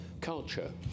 culture